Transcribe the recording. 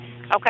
Okay